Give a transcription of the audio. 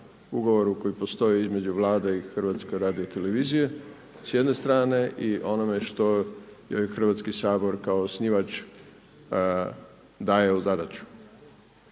ugovoru koji postoji između Vlade i HRT-a s jedne strane i onome što joj Hrvatski sabor kao osnivač daje u zadaću.